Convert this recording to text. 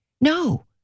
No